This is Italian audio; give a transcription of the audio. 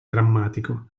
drammatico